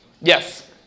Yes